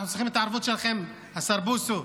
אנחנו צריכים את הערבות שלכם, השר בוסו,